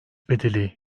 bedeli